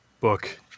book